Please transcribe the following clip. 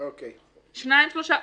שניים-שלושה,